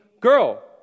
girl